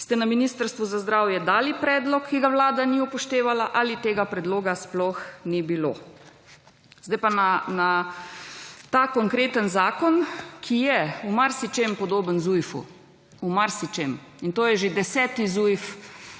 Ste na Ministrstvu za zdravje dali predlog, ki ga vlada ni upoštevala? Ali tega predloga sploh ni bilo? Sedaj pa na ta konkreten zakon, ki je v marsičem podoben ZUJF-u, v marsičem. In to je že deseti ZUJF